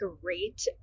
great